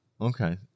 Okay